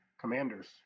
Commanders